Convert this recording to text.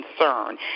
concern